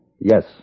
Yes